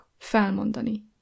felmondani